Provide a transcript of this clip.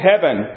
heaven